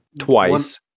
twice